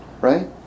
right